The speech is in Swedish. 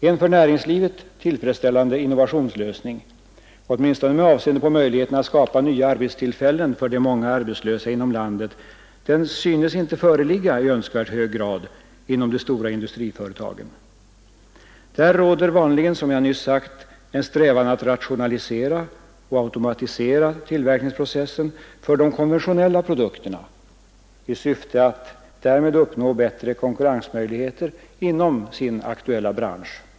En för näringslivet tillfredsställande innovationsutveckling — åtminstone med avseende på möjligheten att skapa nya arbetstillfällen för de många arbetslösa inom landet — synes inte föreligga i önskvärd grad inom de stora industriföretagen. Där råder vanligen, som jag nyss sade, en strävan att rationalisera och automatisera tillverkningsprocessen för de konventionella produkterna i syfte att därmed uppnå bättre konkurrensmöjligheter inom den aktuella branschen.